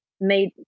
made